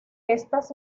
estas